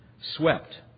swept